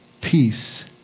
peace